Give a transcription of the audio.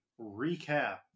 recap